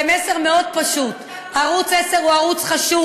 והמסר פה ממני לערוץ 10 זה מסר מאוד פשוט: ערוץ 10 הוא ערוץ חשוב,